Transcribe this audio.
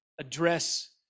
address